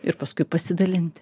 ir paskui pasidalinti